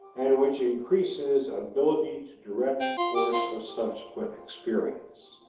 and which increases ability to direct the course of subsequent experience.